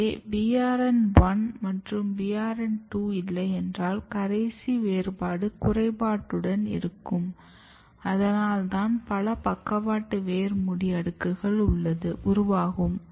எனவே BRN1 மற்றும் BRN2 இல்லையென்றால் கடைசி வேறுபாடு குறைபாட்டுடன் இருக்கும் அதனால் தான் பல பக்கவாட்டு வேர் மூடி அடுக்குகள் உருவாகும்